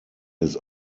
his